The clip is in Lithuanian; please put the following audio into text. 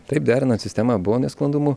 taip derinant sistemą buvo nesklandumų